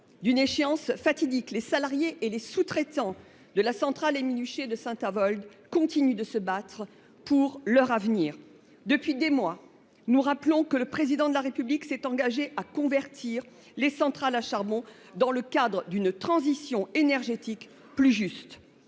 d’une échéance fatidique, les salariés et les sous traitants de la centrale Émile Huchet de Saint Avold continuent de se battre pour leur avenir. Depuis des mois, nous rappelons que le Président de la République s’est engagé à convertir les centrales à charbon dans le cadre d’une transition énergétique plus juste.